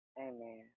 Amen